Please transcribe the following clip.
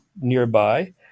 nearby